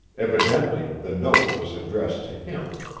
evidently the note was addressed to him.